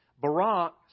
Barak